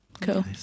Cool